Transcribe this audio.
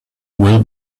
will